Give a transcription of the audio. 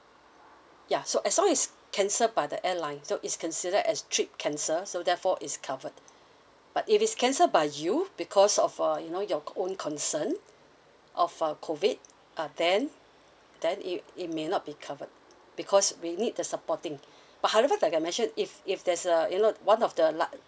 ya so as long is cancelled by the airline so it's considered as trip cancel so therefore is covered but if it's cancelled by you because of uh you know your own concern of uh COVID uh then then it it may not be covered because we need the supporting but however like I mentioned if if there's a you know one of the la~